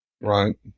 Right